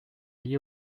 liée